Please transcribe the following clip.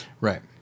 Right